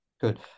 Good